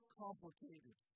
complicated